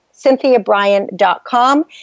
CynthiaBryan.com